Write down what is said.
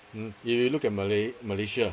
mm if you look at malay~ malaysia